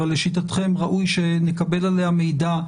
אבל לשיטתכם ראוי שנקבל עליה מידע,